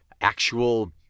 actual